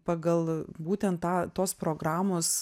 pagal būtent tą tos programos